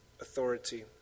authority